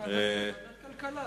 ועדת הכלכלה.